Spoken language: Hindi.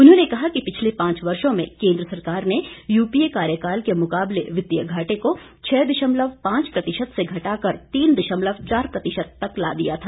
उन्होंने कहा कि पिछले पांच वर्षों में केंद्र सरकार ने यूपीए कार्यकाल के मुकाबले वित्तीय घाटे को छ दशमलव पांच प्रतिशत से घटा कर तीन दशमलव चार प्रतिशत तक ला दिया था